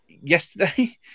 Yesterday